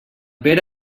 pere